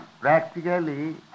practically